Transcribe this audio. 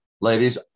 Ladies